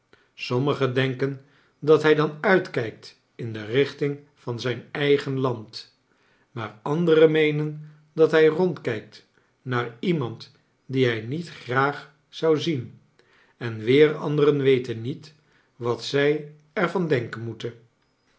sommigen denken dat hij dan uitkijkt in de richting van zijn eigen land maar anderen meenen dat hij rondkijkt naar iemand dien hij niet graag zou zien en weer ander on weten niet war zij er van denken moeten